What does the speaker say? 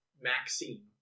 Maxine